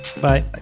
bye